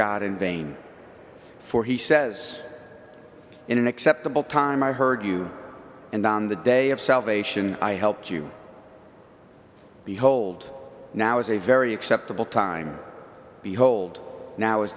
god in vain for he says in an acceptable time i heard you and on the day of salvation i helped you behold now is a very acceptable time behold now is